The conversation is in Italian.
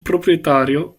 proprietario